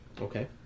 Okay